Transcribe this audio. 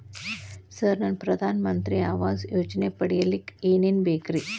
Sir ನಾನು ಪ್ರಧಾನ ಮಂತ್ರಿ ಆವಾಸ್ ಯೋಜನೆ ಪಡಿಯಲ್ಲಿಕ್ಕ್ ಏನ್ ಏನ್ ಬೇಕ್ರಿ?